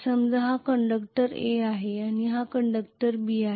समजा हा conductor A आहे आणि हा कंडक्टर B आहे